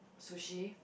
sushi